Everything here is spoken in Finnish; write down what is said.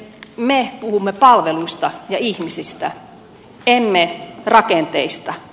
me puhumme palveluista ja ihmisistä emme rakenteista